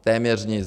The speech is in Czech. Téměř nic!